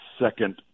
second